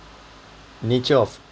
nature of